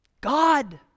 God